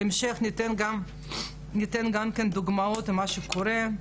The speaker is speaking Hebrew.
אנחנו בהמשך ניתן גם דוגמאות למה שקורה,